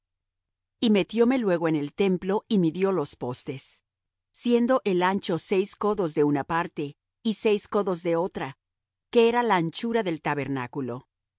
de otro metiome luego en el templo y midió los postes siendo el ancho seis codos de una parte y seis codos de otra que era la anchura del tabernáculo